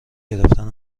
گرفتن